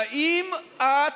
האם את